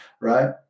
Right